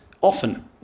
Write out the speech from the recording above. often